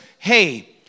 Hey